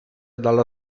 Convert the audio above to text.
dalla